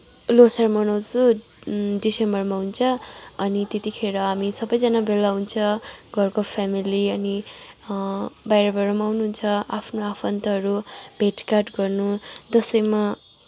लोसार मनाउँछु डिसेम्बरमा हुन्छ अनि त्यतिखेर हामी सबैजना भेला हुन्छ घरको फेमिली अनि बाहिरबाट पनि आउनुहुन्छ आफ्नो आफन्तहरू भेटघाट गर्नु दसैँमा